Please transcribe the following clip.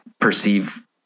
perceive